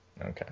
Okay